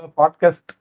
podcast